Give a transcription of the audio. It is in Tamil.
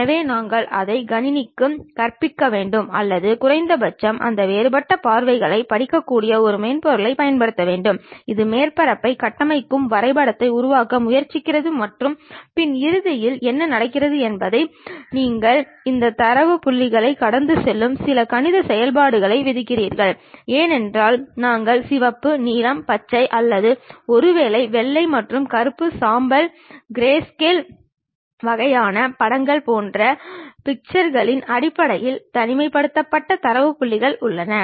எனவே நாங்கள் அதை கணினிக்குக் கற்பிக்க வேண்டும் அல்லது குறைந்தபட்சம் இந்த வேறுபட்ட பார்வைகளைப் படிக்கக்கூடிய ஒரு மென்பொருளைப் பயன்படுத்த வேண்டும் இது மேற்பரப்பைக் கட்டமைக்கும் வரைபடத்தை உருவாக்க முயற்சிக்கிறது மற்றும் பின் இறுதியில் என்ன நடக்கிறது என்பதை நீங்கள் இந்த தரவு புள்ளிகளைக் கடந்து செல்லும் சில கணித செயல்பாடுகளை விதிக்கிறீர்கள் ஏனெனில் நாங்கள் சிவப்பு நீலம் பச்சை அல்லது ஒருவேளை வெள்ளை மற்றும் கருப்பு சாம்பல் கிரேஸ்கேல் வகையான படங்கள் போன்ற பிக்சல்களின் அடிப்படையில் தனிமைப்படுத்தப்பட்ட தரவு புள்ளிகள் உள்ளன